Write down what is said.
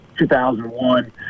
2001